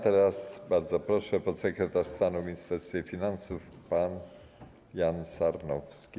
Teraz bardzo proszę, podsekretarz stanu w Ministerstwie Finansów pan Jan Sarnowski.